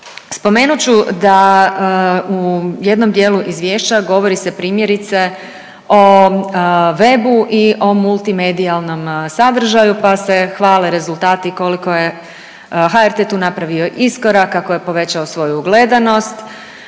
spomenut ću da u jednom dijelu izvješća govori se primjerice o web-u i o multimedijalnom sadržaju pa se hvale rezultati koliko je HRT napravio iskoraka, koji je povećao svoju gledanost,